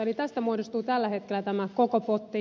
eli tästä muodostuu tällä hetkellä tämä koko potti